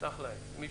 אם הם